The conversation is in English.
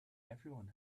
everyone